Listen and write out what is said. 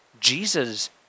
Jesus